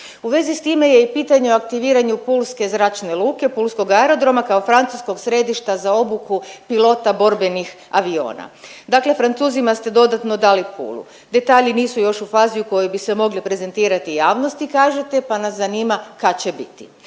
U vezi s time je i pitanje o aktiviranju Pulske zračne luke pulskog aerodroma kao francuskog središta za obuku pilota borbenih aviona. Dakle, Francuzima ste dodatno dali Puli, detalji nisu još u fazi u kojoj bi se mogli prezentirati javnosti kažete, pa nas zanima kad će biti?